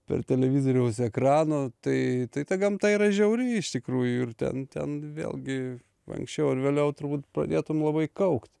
per televizoriaus ekraną tai tai ta gamta yra žiauri iš tikrųjų ir ten ten vėlgi anksčiau ar vėliau turbūt pradėtum labai kaukt